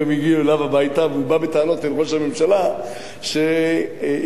והוא בא בטענות אל ראש הממשלה שהגיעו מים עד נפש.